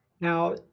Now